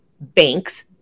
banks